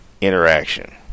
interaction